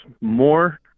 more